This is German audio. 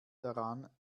daran